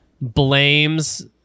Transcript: blames